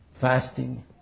Fasting